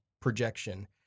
projection